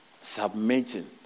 Submitting